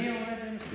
אני עומד עם סטופר?